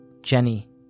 Jenny